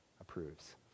approves